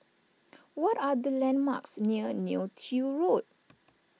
what are the landmarks near Neo Tiew Road